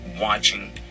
watching